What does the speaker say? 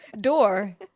door